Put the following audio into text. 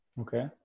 Okay